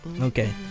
Okay